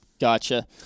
Gotcha